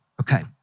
Okay